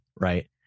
right